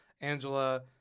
Angela